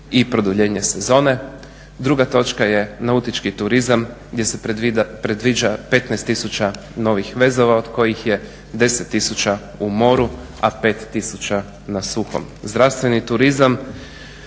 i produljenje sezone. Druga točka je nautički turizam gdje se predviđa 15 tisuća novih vezova od kojih je 10 tisuća u moru, a 5 tisuća na suhom. Zdravstveni turizam